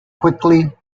quickly